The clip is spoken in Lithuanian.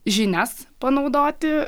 žinias panaudoti